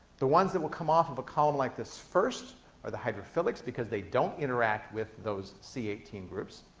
the ones that will come off of a column like this first are the hydrophilics because they don't interact with those c eighteen groups.